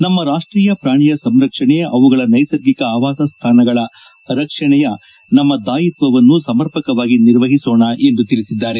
ನಮ್ನ ರಾಷ್ಷೀಯ ಪ್ರಾಣಿಯ ಸಂರಕ್ಷಣೆ ಅವುಗಳ ನೈಸರ್ಗಿಕ ಆವಾಸ ಸ್ಥಾನಗಳ ರಕ್ಷಣೆಯ ನಮ್ಮ ದಾಯಿತ್ವವನ್ನು ಸಮರ್ಪಕವಾಗಿ ನಿರ್ವಹಿಸೋಣಿ ಎಂದು ತಿಳಿಸಿದ್ದಾರೆ